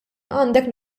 għandek